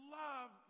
love